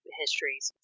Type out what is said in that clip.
histories